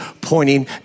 pointing